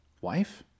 wife